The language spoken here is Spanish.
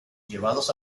llevados